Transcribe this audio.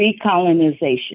recolonization